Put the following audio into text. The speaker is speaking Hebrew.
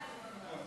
סעיפים 1 2